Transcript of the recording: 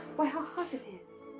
why, how hot it is!